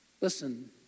Listen